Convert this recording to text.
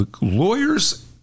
lawyers